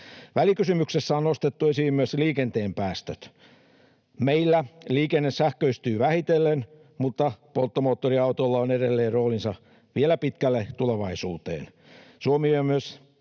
Välikysymyksessä on nostettu esiin myös liikenteen päästöt. Meillä liikenne sähköistyy vähitellen, mutta polttomoottoriautolla on edelleen roolinsa vielä pitkälle tulevaisuuteen. Suomi on myös